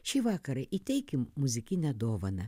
šį vakarą įteikim muzikinę dovaną